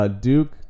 Duke